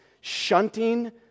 shunting